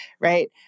right